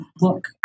look